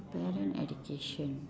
parent education